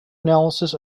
analysis